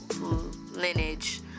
lineage